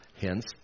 Hence